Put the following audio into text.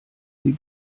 sie